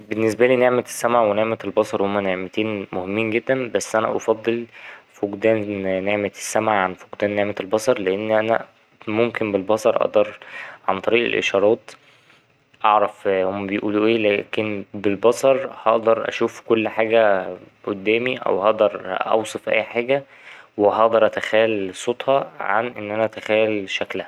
بالنسبالي نعمة السمع ونعمة البصر هما نعمتين مهمين جدا، بس أنا أفضل فقدان نعمة السمع عن فقدان نعمة البصر لأن أنا ممكن بالبصر أقدر عن طريق الإشارات أعرف هما بيقولوا إيه لكن بالبصر هقدر أشوف كل حاجة قدامي أو هقدر أوصف أي حاجة وهقدر أتخيل صوتها عن إن أنا أتخيل شكلها.